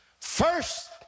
First